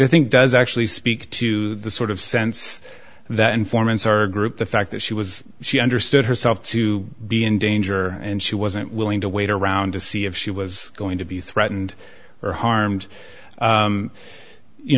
i think does actually speak to the sort of sense that informants are a group the fact that she was she understood herself to be in danger and she wasn't willing to wait around to see if she was going to be threatened or harmed